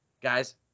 guys